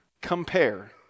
compare